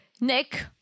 Nick